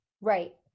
Right